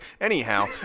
Anyhow